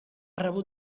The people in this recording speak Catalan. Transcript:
rebut